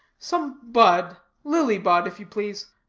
some bud, lily-bud, if you please.